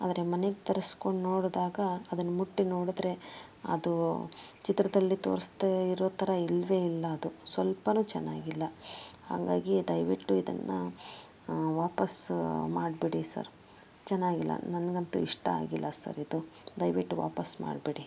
ಆದರೆ ಮನೆಗೆ ತರಿಸ್ಕೊಂಡು ನೋಡಿದಾಗ ಅದನ್ನು ಮುಟ್ಟಿ ನೋಡಿದರೆ ಅದು ಚಿತ್ರದಲ್ಲಿ ತೋರ್ಸ್ದೆ ಇರೋ ಥರ ಇಲ್ಲವೇ ಇಲ್ಲ ಅದು ಸ್ವಲ್ಪನು ಚೆನ್ನಾಗಿಲ್ಲ ಹಾಗಾಗಿ ದಯವಿಟ್ಟು ಇದನ್ನು ವಾಪಸ್ಸು ಮಾಡಿಬಿಡಿ ಸರ್ ಚೆನ್ನಾಗಿಲ್ಲ ನನಗಂತೂ ಇಷ್ಟ ಆಗಿಲ್ಲ ಸರ್ ಇದು ದಯವಿಟ್ಟು ವಾಪಸ್ಸು ಮಾಡಿಬಿಡಿ